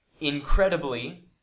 incredibly